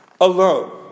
alone